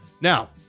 Now